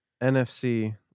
NFC